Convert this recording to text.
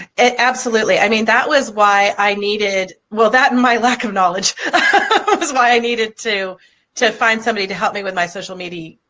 absolutely i mean that was why i needed well that in my lack of knowledge but but was why i needed to to find somebody to help me with my social media,